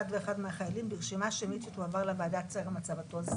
אני מדבר על אנשים כמו ישראל כץ,